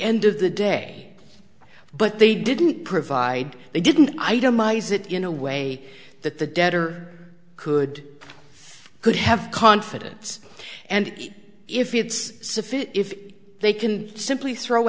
end of the day but they didn't provide they didn't itemize it in a way that the debtor could could have confidence and if it's sufficient if they can simply throw